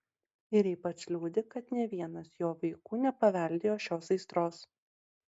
ir ypač liūdi kad nė vienas jo vaikų nepaveldėjo šios aistros